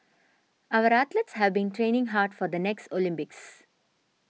our athletes have been training hard for the next Olympics